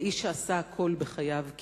איש שעשה כמעט הכול בחייו: